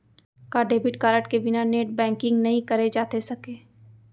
का debit card के बिना नेट बैंकिंग नई करे जाथे सके?